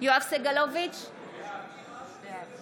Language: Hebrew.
יואב סגלוביץ' בעד